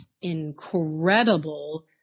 incredible